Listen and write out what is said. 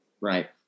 Right